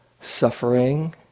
suffering